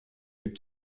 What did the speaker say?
mit